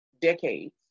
decades